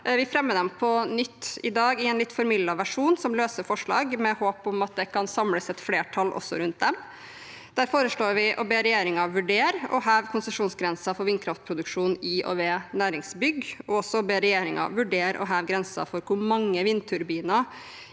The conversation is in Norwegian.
Vi fremmer dem på nytt i dag som løse forslag, i en litt formildet versjon, med håp om at det kan samles et flertall også rundt dem. Der foreslår vi å be regjeringen vurdere å heve konsesjonsgrensen for vindkraftproduksjon i og ved næringsbygg, og også å be regjeringen vurdere å heve grensen for hvor mange vindturbiner